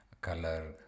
color